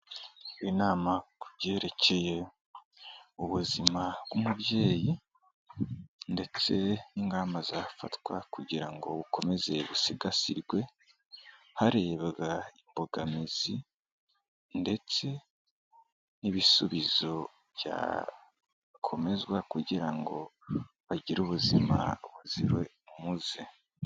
Inama ku byerekeye ubuzima bw'umubyeyi ndetse n'ingamba zafatwa kugira ngo bukomeze busigasirwe, harebabwa imbogamizi ndetse ibisubizo byakomezwa kugira ngo bagire ubuzima baziwe umuze.